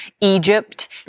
Egypt